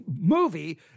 movie